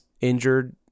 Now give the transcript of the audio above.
injured